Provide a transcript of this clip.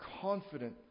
confident